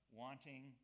wanting